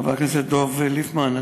חבר הכנסת דב ליפמן,